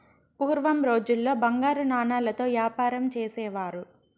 పూర్వం రోజుల్లో బంగారు నాణాలతో యాపారం చేసేవారు